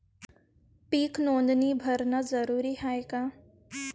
पीक नोंदनी भरनं जरूरी हाये का?